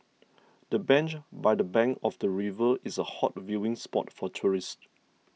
the bench by the bank of the river is a hot viewing spot for tourists